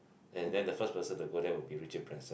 and then the first person to go there will be Richard Branson